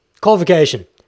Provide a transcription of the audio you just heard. Qualification